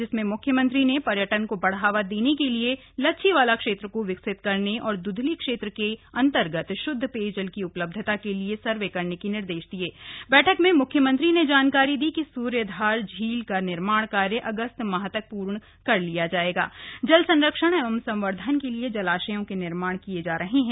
जिसमें मुख्यमंत्री ने पर्यटन क बढ़ावा देने के लिए लच्छीवाला क्षेत्र क विकसित करने और द्धली क्षेत्र के अन्तर्गत शुद्ध पेयजल की उपलब्धता के लिए सर्वे करने के निर्देश दिए बैठक में मुख्यमंत्री ने जानकारी दी कि स्र्यधार झील का निर्माण कार्य अगस्त माह तक पूर्ण कर लिया जायेगा जल संरक्षण एवं संवर्द्धन के लिए जलाशयों के निर्माण किये जा रहे हैं